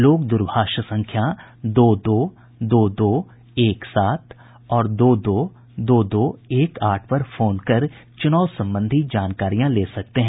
लोग दूरभाष संख्या दो दो दो दो दो एक सात और दो दो दो दो एक आठ पर फोन कर चुनाव संबंधी जानकारियां ले सकते हैं